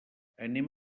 anem